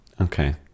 Okay